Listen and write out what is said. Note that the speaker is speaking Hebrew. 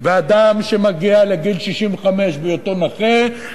אדם שמגיע לגיל 65 בהיותו נכה,